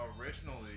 originally